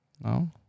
No